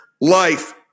Life